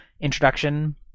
introduction